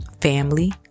family